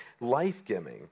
life-giving